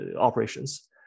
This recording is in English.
operations